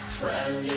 friend